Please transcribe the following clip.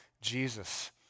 Jesus